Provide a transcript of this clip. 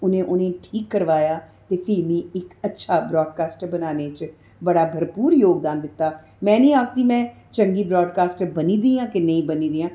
उ'नें उ'नें गी ठीक करवाया ते फ्ही मीं इक अच्छा ब्राडकास्टर बनाने च बड़ा भरपूर योगदान दित्ता में नी आखदी में चंगी ब्राडकास्टर बनी दी आं कि नेईं बनी दी आं